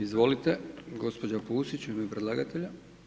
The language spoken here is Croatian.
Izvolite gospođa Pusić u ime predlagatelja.